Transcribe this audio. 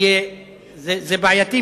זה בעייתי,